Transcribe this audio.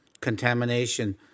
contamination